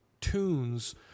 tunes